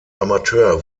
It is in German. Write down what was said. amateur